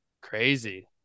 Crazy